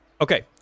Okay